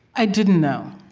i didn't know.